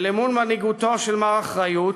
למול מנהיגותו של מר אחריות,